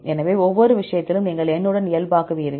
எனவே ஒவ்வொரு விஷயத்திலும் நீங்கள் N உடன் இயல்பாக்குவீர்கள்